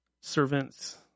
servants